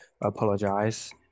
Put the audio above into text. apologize